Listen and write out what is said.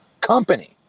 company